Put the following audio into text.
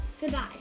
Goodbye